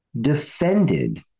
defended